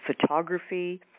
photography